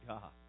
God